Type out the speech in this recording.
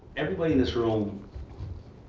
everybody in this room